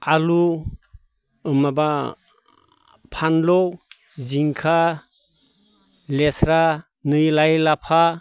आलु माबा फानलु जिंखा लेस्रा नै लाइ लाफा